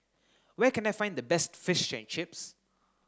where can I find the best Fish and Chips